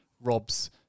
rob's